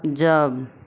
जब